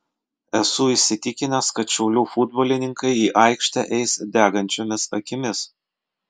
esu įsitikinęs kad šiaulių futbolininkai į aikštę eis degančiomis akimis